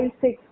six